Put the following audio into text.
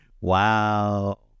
Wow